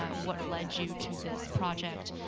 ah what led you to this project,